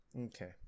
Okay